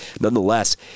nonetheless